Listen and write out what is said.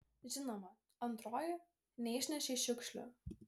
žinoma antroji neišnešei šiukšlių